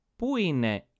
puine